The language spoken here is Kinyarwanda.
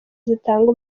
zitanga